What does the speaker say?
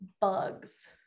bugs